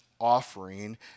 offering